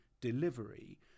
delivery